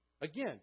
Again